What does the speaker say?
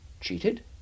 Cheated